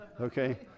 okay